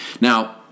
Now